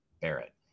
Barrett